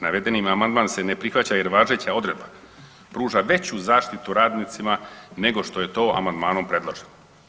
Navedeni amandman se ne prihvaća jer važeća odredba pruža veću zaštitu radnicima nego što je to amandmanom predloženo.